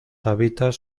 hábitats